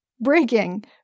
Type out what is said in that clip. Breaking